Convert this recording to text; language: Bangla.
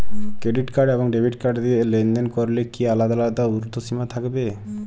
ক্রেডিট কার্ড এবং ডেবিট কার্ড দিয়ে লেনদেন করলে কি আলাদা আলাদা ঊর্ধ্বসীমা থাকবে?